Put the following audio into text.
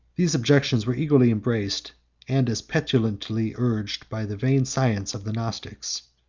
these objections were eagerly embraced and as petulantly urged by the vain science of the gnostics.